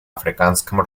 африканском